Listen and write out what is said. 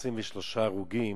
23 הרוגים,